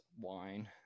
wine